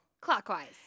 Clockwise